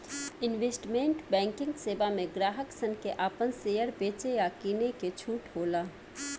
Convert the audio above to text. investment banking सेवा में ग्राहक सन के आपन शेयर बेचे आ किने के छूट होला